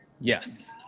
Yes